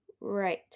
Right